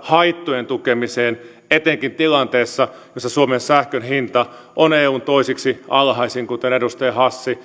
haittojen tukemiseen etenkin tilanteessa jossa suomen sähkön hinta on eun toiseksi alhaisin kuten edustaja hassi